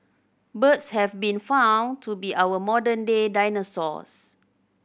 birds have been found to be our modern day dinosaurs